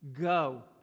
Go